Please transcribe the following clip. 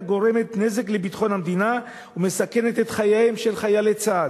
גורמת נזק לביטחון המדינה ומסכנת את חייהם של חיילי צה"ל.